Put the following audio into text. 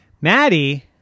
Maddie